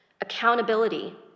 accountability